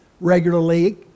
regularly